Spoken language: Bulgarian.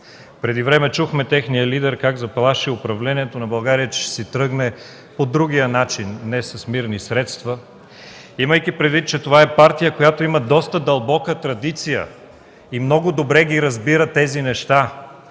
Преди време чухме техния лидер как заплашва управлението на България, че ще си тръгне по другия начин, не с мирни средства. Имайте предвид, че това е партия, която има доста дълбока традиция и много добре ги разбира тези неща,